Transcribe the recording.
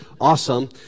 awesome